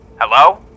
Hello